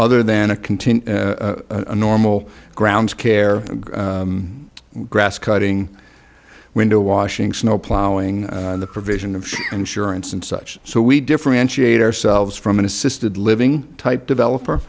other than to continue normal grounds care grass cutting window washing snowplowing the provision of insurance and such so we differentiate ourselves from an assisted living type developer